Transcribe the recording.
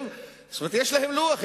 יש להם לוח,